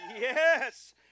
Yes